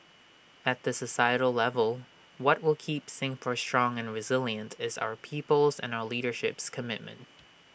at the societal level what will keep Singapore strong and resilient is our people's and our leadership's commitment